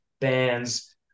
bands